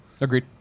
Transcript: Agreed